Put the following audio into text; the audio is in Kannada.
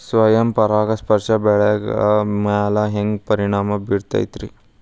ಸ್ವಯಂ ಪರಾಗಸ್ಪರ್ಶ ಬೆಳೆಗಳ ಮ್ಯಾಲ ಹ್ಯಾಂಗ ಪರಿಣಾಮ ಬಿರ್ತೈತ್ರಿ?